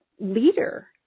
Leader